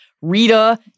Rita